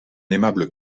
aimable